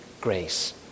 grace